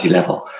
level